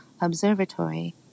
observatory